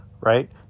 Right